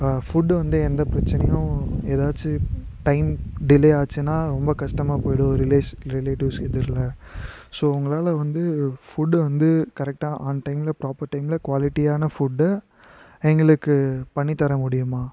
food வந்து எந்த பிரச்சனையும் ஏதாச்சி டைம் டிலே ஆச்சுன்னா ரொம்ப கஷ்டமாக போய்டும் ரிலேட்டிவ்ஸ் எதிரில் ஸோ உங்களால் வந்து ஃபுட்டு வந்து கரெக்டாக ஆன் டைமில் ப்ராப்பர் டைமில் குவாலிட்டியான ஃபுட்டை எங்களுக்கு பண்ணித்தர முடியுமா